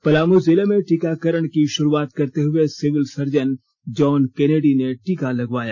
पलामू जिले में टीकाकरण की शुरुआत करते हुए सिविल सर्जन जॉन केनेडी ने टीका लगवाया